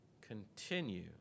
continue